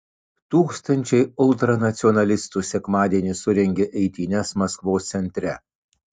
tūkstančiai ultranacionalistų sekmadienį surengė eitynes maskvos centre